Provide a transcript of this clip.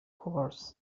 course